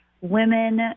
women